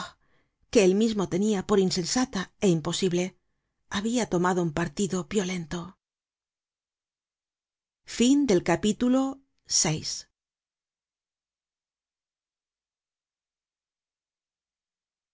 que él mismo tenia por insensata é imposible habia tomado un partido violento